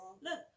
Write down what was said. look